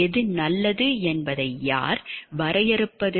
எது நல்லது என்பதை யார் வரையறுப்பது